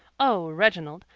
o reginald,